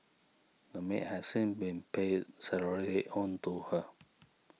the maid has seen been paid salaries owed to her